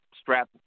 strap